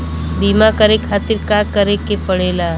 बीमा करे खातिर का करे के पड़ेला?